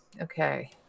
Okay